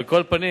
על כל פנים,